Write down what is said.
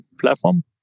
platform